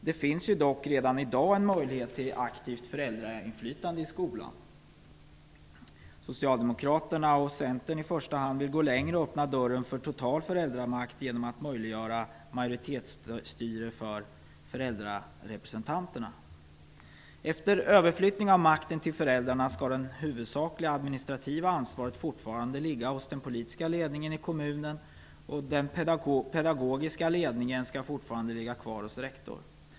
Det finns dock redan i dag en möjlighet till aktivt föräldrainflytande i skolan. Socialdemokraterna och Centern i första hand vill gå längre och öppna dörren för total föräldramakt genom att möjliggöra majoritetsstyre för föräldrarepresentanterna. Efter överflyttningen av makten till föräldrarna skall dock det huvudsakliga administrativa ansvaret fortfarande ligga hos den politiska ledningen i kommunen, och den pedagogiska ledningen skall fortfarande ligga kvar hos rektorn.